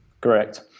Correct